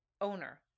owner